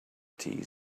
tea